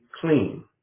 clean